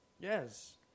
Yes